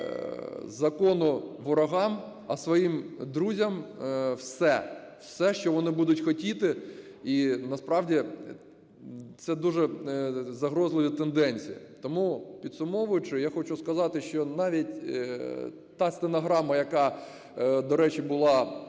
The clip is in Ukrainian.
закону ворогам, а своїм друзям – все. Все, що вони будуть хотіти. І насправді це дуже загрозливі тенденції. Тому, підсумовуючи, я хочу сказати, що навіть та стенограма, яка, до речі, була цензурована,